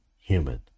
human